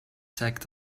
zeigt